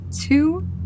two